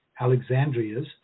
Alexandrias